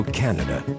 canada